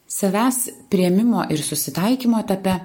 savęs priėmimo ir susitaikymo etape